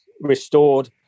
restored